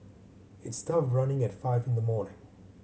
it's tough running at five in the morning